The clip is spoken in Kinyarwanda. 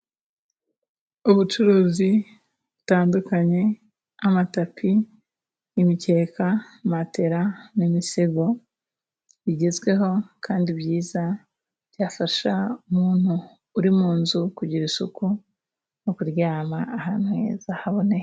Ubucuruzi butandukanye amatapi, imikeka ,matela n'imisego bigezweho kandi byiza byafasha umuntu uri mu nzu kugira isuku no kuryama ahantu heza haboneye.